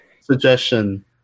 suggestion